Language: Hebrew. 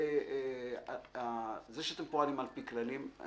ברור שאתם פועלים על פי כללים.